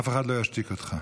אף אחד לא ישתיק אותך.